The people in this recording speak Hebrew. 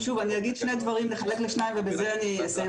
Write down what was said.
אני אגיד שני דברים בחלוקה לשניים ובזה אני אסיים